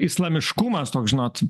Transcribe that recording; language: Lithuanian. islamiškumas toks žinot